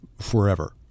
forever